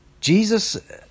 Jesus